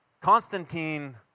Constantine